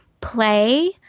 play